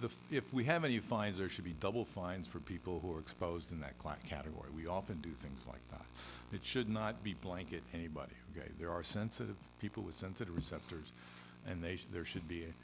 the if we have a new fines or should be double fines for people who are exposed in that class category we often do things like that should not be blanket anybody there are sensitive people with scented receptors and they should there should be